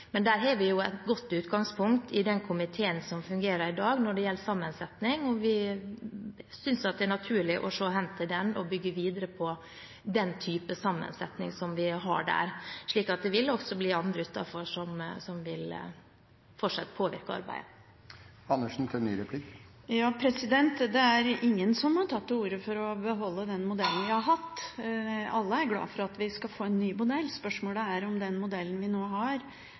Men vi har et godt utgangspunkt for sammensetning i den komiteen som fungerer i dag. Vi synes det er naturlig å se hen til den og bygge videre på den typen sammensetning som vi har der. Så det vil også være andre utenfor som fortsatt vil påvirke arbeidet. Det er ingen som har tatt til orde for å beholde den modellen vi har hatt. Alle er glade for at vi skal få en ny modell. Spørsmålet er om den modellen vi nå får, er god nok på ulike områder. Når man foreslår å avvikle Forsøksdyrutvalget og erstatte det med en komité som – slik jeg har